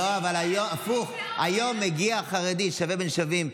אבל הפוך: היום מגיע חרדי שווה בין שווים,